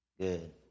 good